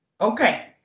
Okay